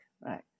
right